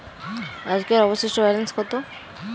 আজকের অবশিষ্ট ব্যালেন্স কত?